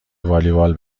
والیبال